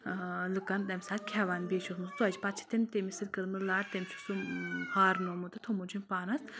لُکن تمہِ ساتہٕ کھؠوان بیٚیہِ چھُ سُہ اوسمُت ژۄچہِ پَتہٕ چھِ تِم تٔمِس سۭتۍ کٔرمٕژ لَڑ تٔمۍ چھُ سُہ ہارنومُت تہٕ تھوٚمُت چھُم پانَس